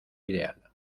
ideal